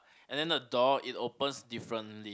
and then the door it opens differently